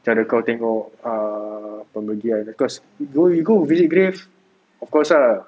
cara kau tengok err pemergian cause you go visit grave of course lah